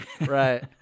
Right